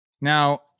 Now